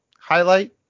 highlight